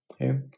Okay